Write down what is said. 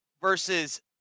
versus